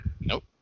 nope